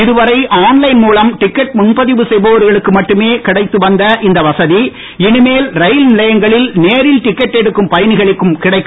இதுவரை online மூலம் ticket முன்பதிவு செய்பவர்களுக்கு மட்டுமே கிடைத்து வந்த இந்த வசதி இனிமேல் ரயில் நிலையங்களில் நேரில் டிக்கெட் எடுக்கும் பயணிகளுக்கும் கிடைக்கும்